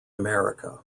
america